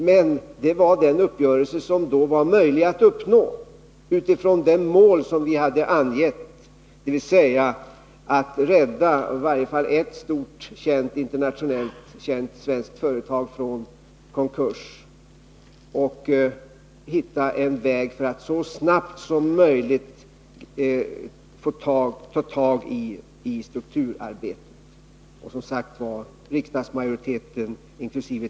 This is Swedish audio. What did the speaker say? Men det var en uppgörelse som var möjlig att uppnå med tanke på de mål som vi hade angivit, dvs. att rädda i varje fall ett stort internationellt känt svenskt företag från konkurs och att hitta en väg för att så snabbt som möjligt ta tag i strukturarbetet. Som sagt stödde riksdagsmajoriteten inkl.